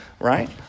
right